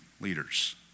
leaders